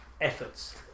efforts